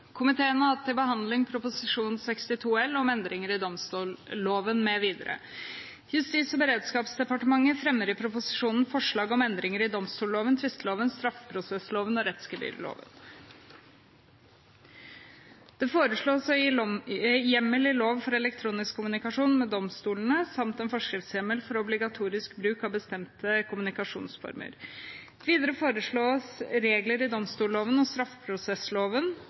Komiteen har hatt til behandling Prop. 62 L for 2017–2018, om endringer i domstolloven mv. Justis- og beredskapsdepartementet fremmer i proposisjonen forslag om endringer i domstolloven, tvisteloven, straffeprosessloven og rettsgebyrloven. Det foreslås å gi hjemmel i lov for elektronisk kommunikasjon med domstolene, samt en forskriftshjemmel for obligatorisk bruk av bestemte kommunikasjonsformer. Videre foreslås regler i domstolloven og